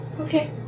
Okay